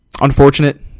unfortunate